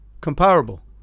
comparable